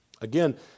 Again